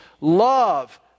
Love